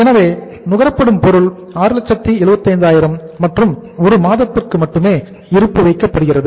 எனவே நுகரப்படும் பொருள் 675000 மற்றும் ஒரு மாதத்திற்கு மட்டுமே இருப்பு வைக்கப்படுகிறது